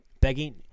Begging